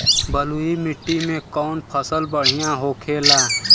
बलुई मिट्टी में कौन फसल बढ़ियां होखे ला?